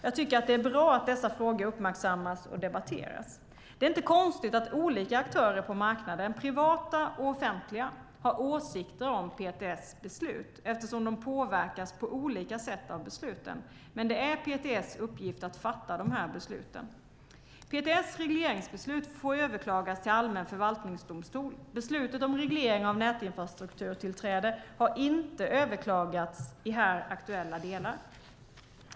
Jag tycker att det är bra att dessa frågor uppmärksammas och debatteras. Det är inte konstigt att olika aktörer på marknaden - privata och offentliga - har åsikter om PTS beslut, eftersom de påverkas på olika sätt av besluten. Men det är PTS uppgift att fatta de här besluten. PTS regleringsbeslut får överklagas till allmän förvaltningsdomstol. Beslutet om reglering av nätinfrastrukturtillträde har inte överklagats i här aktuella delar.